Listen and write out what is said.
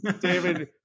David